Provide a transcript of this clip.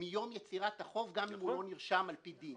מיום יצירת החוב גם אם הוא לא נרשם על פי דין.